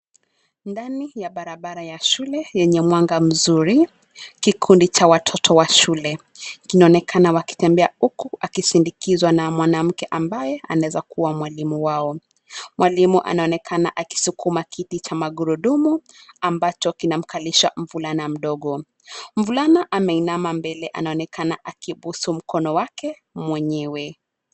Ndani ya bara bara ya shule yenye mwanga mzuri, kikundi cha watoto wa shule kinaonekana wakitembea, huku akisindikizwa na mwanamke ambaye anaweza kuwa mwalimu wao. Mwalimu anaonekana akisukuma kiti cha magurudumu, ambacho kina mkalisha mvulana mdogo. Mvulana ameinama mbele anaonekana akibusu mkono wake mwenyewe.